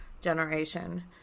Generation